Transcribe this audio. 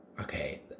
okay